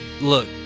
look